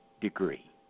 degree